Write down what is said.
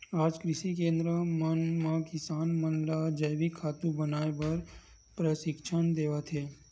आज कृषि केंद्र मन म किसान मन ल जइविक खातू बनाए बर परसिक्छन देवत हे